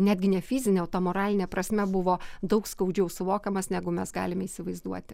netgi nefizine o ta moraline prasme buvo daug skaudžiau suvokiamas negu mes galime įsivaizduoti